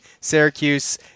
Syracuse